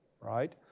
right